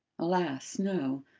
alas, no.